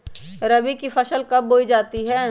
रबी की फसल कब बोई जाती है?